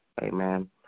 amen